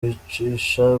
wicisha